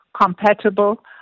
compatible